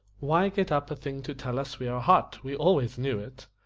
why get up a thing to tell us we are hot? we always knew it.